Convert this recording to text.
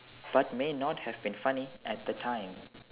but may not have been funny at the time